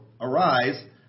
arise